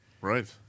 Right